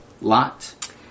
lot